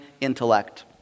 intellect